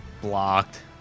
Blocked